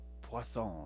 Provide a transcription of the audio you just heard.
Poisson